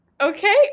Okay